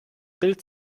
bild